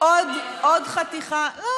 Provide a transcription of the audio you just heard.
עוד חתיכה, הסירי דאגה מליבך.